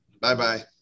Bye-bye